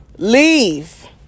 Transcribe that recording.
Leave